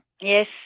Yes